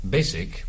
Basic